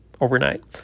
overnight